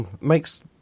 makes